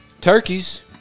turkeys